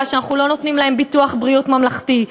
שאנחנו לא נותנים להם ביטוח בריאות ממלכתי,